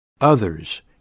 others